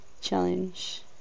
challenge